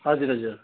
हजुर हजुर